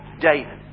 David